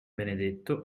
benedetto